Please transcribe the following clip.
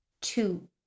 Two